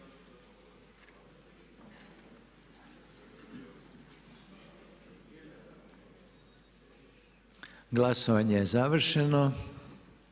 Glasovanje je završeno.